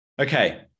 okay